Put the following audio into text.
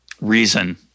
reason